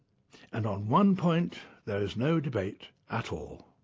and on one point there is no debate at all.